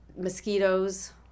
mosquitoes